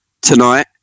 Tonight